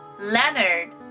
Leonard